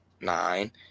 nine